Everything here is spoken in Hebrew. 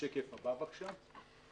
השקף הבא, בבקשה.